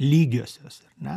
lygiosios ar ne